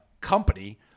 Company